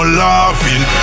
laughing